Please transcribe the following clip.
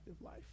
life